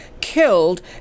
killed